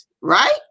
right